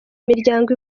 imiryango